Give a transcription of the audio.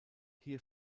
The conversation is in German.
hier